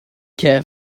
care